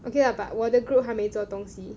okay la but 我的 group 还没做东西